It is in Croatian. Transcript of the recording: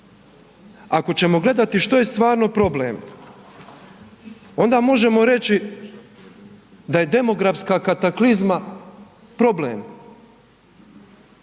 Ako ćemo gledati što je stvarno problem, onda možemo reći da je demografska kataklizma problem.